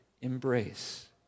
embrace